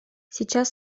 сейчас